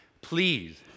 please